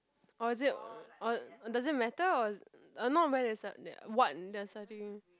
or is it or does it matter or uh not really listen what the exciting